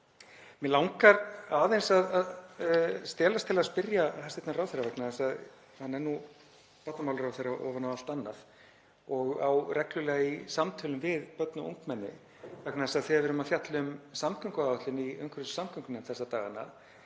Mig langar aðeins að stelast til að spyrja hæstv. ráðherra þar sem hann er nú barnamálaráðherra ofan á allt annað og á reglulega í samtölum við börn og ungmenni, vegna þess að þegar við erum að fjalla um samgönguáætlun í umhverfis- og samgöngunefnd þessa dagana